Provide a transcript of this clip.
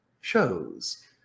shows